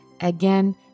again